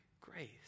grace